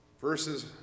verses